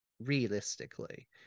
realistically